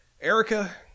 Erica